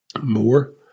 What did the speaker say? more